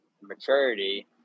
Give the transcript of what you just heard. maturity